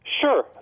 Sure